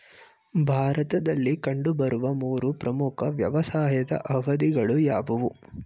ಭಾರತದಲ್ಲಿ ಕಂಡುಬರುವ ಮೂರು ಪ್ರಮುಖ ವ್ಯವಸಾಯದ ಅವಧಿಗಳು ಯಾವುವು?